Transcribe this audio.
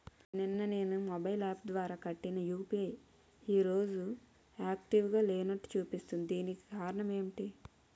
నిన్న నేను mobile app ద్వారా కట్టిన యు.పి.ఐ ఈ రోజు యాక్టివ్ గా లేనట్టు చూపిస్తుంది దీనికి కారణం ఏమిటి?